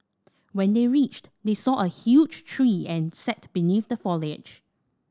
when they reached they saw a huge tree and sat beneath the foliage